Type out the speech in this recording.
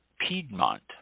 Piedmont